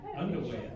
Underwear